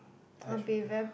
I should go